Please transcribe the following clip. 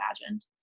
imagined